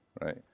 right